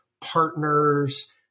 partners